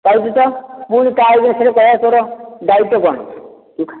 ପାଉଛୁ ତ ପୁଣି ତା ଏଗେନଷ୍ଟ୍ରେ କହିବା ତୋର ଦାୟିତ୍ୱ କ'ଣ